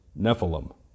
Nephilim